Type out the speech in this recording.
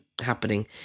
happening